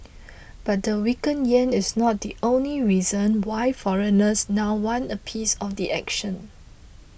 but the weaker yen is not the only reason why foreigners now want a piece of the action